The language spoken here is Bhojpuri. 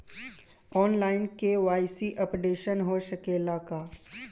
आन लाइन के.वाइ.सी अपडेशन हो सकेला का?